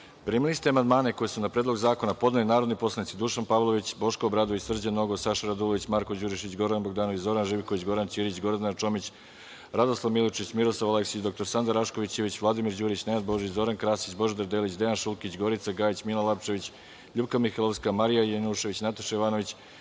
ste amandmane koje su na Predlog zakona podneli narodni poslanici: Dušan Pavlović, Boško Obradović, Srđan Nogo, Saša Radulović, Marko Đurišić, Goran Bogdanović, Zoran Živković, Goran Ćirić, Gordana Čomić, Radoslav Milojičić, Miroslav Aleksić, dr Sanda Rašković Ivić, Vladimir Đurić, Nenad Božić, Zoran Krasić, Božidar Delić, Dejan Šulkić, Gorica Gajić, Milan Lapčević, LJupka Mihajlovska, Marija Janjušević, Nataša Jovanović,